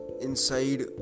inside